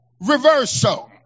reversal